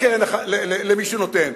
למי שהוא נותן,